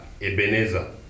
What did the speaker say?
Ebenezer